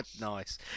Nice